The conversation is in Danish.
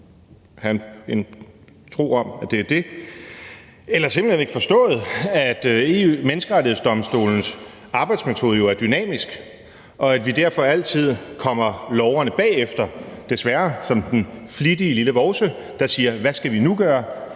de simpelt hen ikke forstået, at Den Europæiske Menneskerettighedsdomstols arbejdsmetode jo er dynamisk, og at vi derfor kommer logrende bagefter, desværre, som den flittige lille vovse, der spørger, hvad vi nu skal